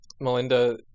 Melinda